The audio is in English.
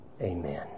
Amen